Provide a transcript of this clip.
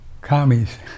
commies